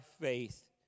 faith